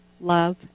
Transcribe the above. love